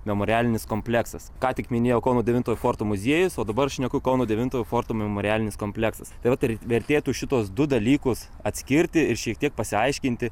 memorialinis kompleksas ką tik minėjau kauno devintojo forto muziejus o dabar šneku kauno devintojo forto memorialinis kompleksas jau turi vertėtų šituos du dalykus atskirti ir šiek tiek pasiaiškinti